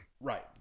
Right